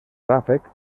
ràfec